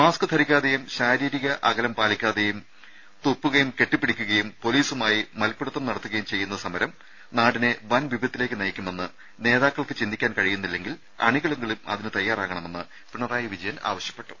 mask ധരിക്കാതെയും ശാരീരിക അകലം പാലിക്കാതെയും അലറുകയും തുപ്പുകയും കെട്ടിപ്പിടിക്കുകയും പൊലീസുമായി മൽപ്പിടുത്തം നടത്തുകയും ചെയ്യുന്ന സമരം നാടിനെ വൻ വിപത്തിലേക്ക് നയിക്കുമെന്ന് നേതാക്കൾക്ക് ചിന്തിക്കാൻ കഴിയുന്നില്ലെങ്കിൽ അണികളെങ്കിലും അതിന് തയ്യാറാകണമെന്ന് പിണറായി വിജയൻ ആവശ്യപ്പെട്ടു